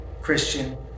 Christian